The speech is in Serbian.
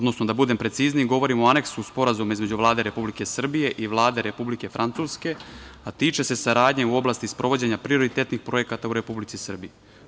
Da budem precizniji, govorimo o aneksu Sporazuma između Vlade Republike Srbije i Vlade Republike Francuske, a tiče se saradnje u oblasti sprovođenja prioritetnih projekata u Republici Srbiji.